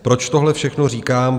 Proč tohle všechno říkám?